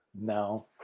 No